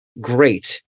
great